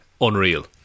unreal